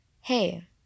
hey